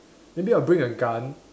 maybe I'll bring a gun